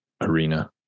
arena